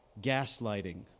Gaslighting